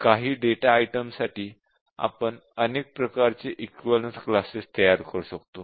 काही डेटा आयटमसाठी आपण अनेक प्रकारचे इक्विवलेन्स क्लासेस तयार करू शकतो